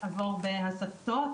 עבור בהסתות,